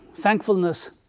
thankfulness